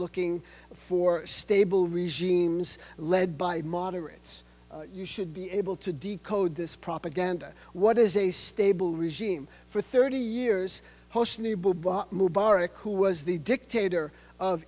looking for stable regimes led by moderates you should be able to decode this propaganda what is a stable regime for thirty years hosni mubarak who was the dictator of